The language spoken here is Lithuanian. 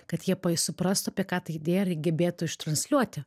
kad jie suprastų apie ką ta idėja ir gebėtų iš transliuoti